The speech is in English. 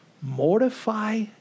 Mortify